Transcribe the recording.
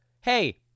Hey